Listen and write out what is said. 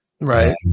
right